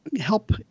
help